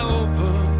open